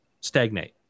stagnate